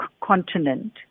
continent